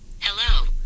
Hello